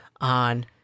on